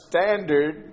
standard